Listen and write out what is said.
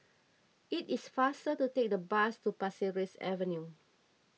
it is faster to take the bus to Pasir Ris Avenue